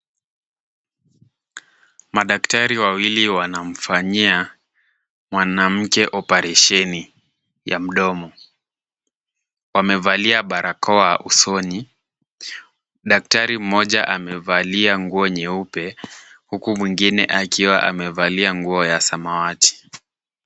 Madaktari wawili wanamfanyia mwanamke oparesheni ya mdomo. Wamevalia barakoa usoni. Daktari mmoja amevalia nguo nyeupe huku mwingine akiwa amevalia nguo ya samawati.